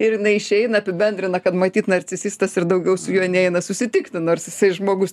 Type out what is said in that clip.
ir jinai išeina apibendrina kad matyt narcisistas ir daugiau su juo neina susitikti nors jisai žmogus